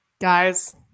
Guys